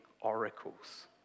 oracles